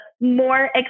more